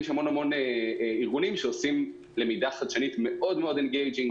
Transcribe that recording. יש המון ארגונים שעושים למידה חדשנית מאוד אנגייג'ינג,